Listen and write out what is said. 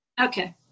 Okay